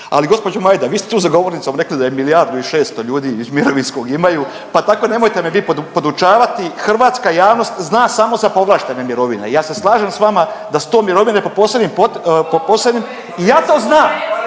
ali gospođo Majda vi ste tu za govornicom rekli da je milijardu i 600 ljudi iz mirovinskog imaju pa tako nemojte mi vi podučavati. Hrvatska javnost zna samo za povlaštene mirovine i ja se slažem s vama da su to mirovine po posebnim, po posebnim